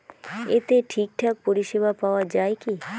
এতে ঠিকঠাক পরিষেবা পাওয়া য়ায় কি?